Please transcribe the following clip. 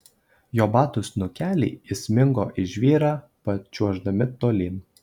jo batų snukeliai įsmigo į žvyrą pačiuoždami tolyn